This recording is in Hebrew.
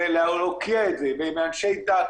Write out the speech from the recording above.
להוקיע את זה לאנשי דת,